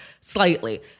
Slightly